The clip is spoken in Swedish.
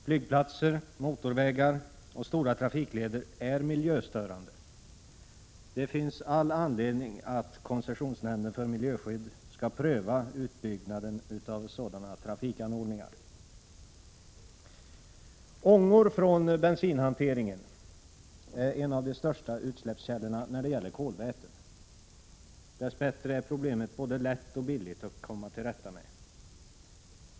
Flygplatser, motorvägar och stora trafikleder är miljöstörande. Det finns all anledning att konstitutionsnämnden för miljöskydd skall pröva utbyggnaden av sådana trafikanordningar. Ångor från bensinhanteringen är en av de största utsläppskällorna när det gäller kolväten. Dess bättre är problemet både lätt och billigt att komma till rätta med.